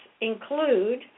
include